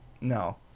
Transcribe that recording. no